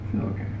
Okay